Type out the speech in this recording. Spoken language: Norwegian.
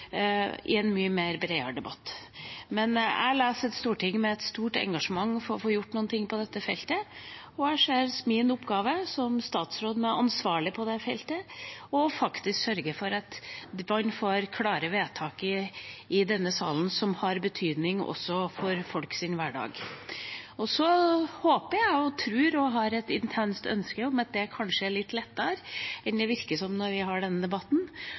i en mye bredere debatt. Men jeg leser et storting med et stort engasjement for å få gjort noe på dette feltet, og jeg ser det som min oppgave som statsråd og ansvarlig på dette feltet faktisk å sørge for at man får klare vedtak i denne salen som har betydning også for folks hverdag. Så håper og tror jeg og har et intenst ønske om at det kanskje er litt lettere enn det virker som når vi har denne debatten,